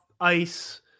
ice